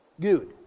Good